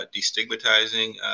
destigmatizing